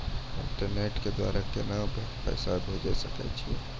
Internet के द्वारा केना पैसा भेजय छै?